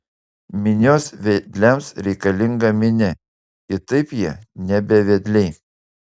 minios vedliams reikalinga minia kitaip jie nebe vedliai